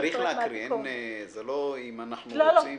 צריך להקריא, זה לא אם אנחנו רוצים.